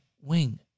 wing